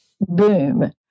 boom